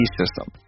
system